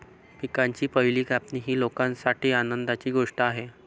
पिकांची पहिली कापणी ही लोकांसाठी आनंदाची गोष्ट आहे